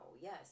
yes